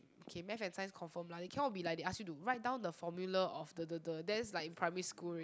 okay Math and Science confirm lah they cannot be like they ask you to write down the formula of duh duh duh that's like in primary school already